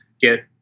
get